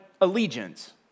allegiance